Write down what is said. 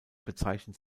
bezeichnet